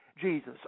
Jesus